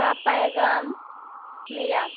کا پیغام ملا